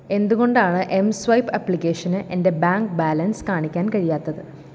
എന്തുകൊണ്ടാണ് M swipe ആപ്ലിക്കേഷന് എൻ്റെ ബാങ്ക് ബാലൻസ് കാണിക്കാൻ കഴിയാത്തത്